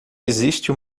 existe